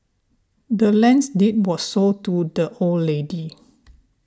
the land's deed was sold to the old lady